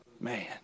Man